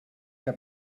que